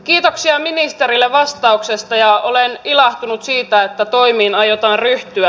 kiitoksia ministerille vastauksesta ja olen ilahtunut siitä että toimiin aiotaan ryhtyä